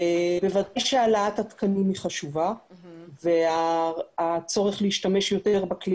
בוודאי שהעלאת התקנים היא חשובה והצורך להשתמש יותר בכלי